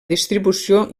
distribució